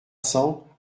cents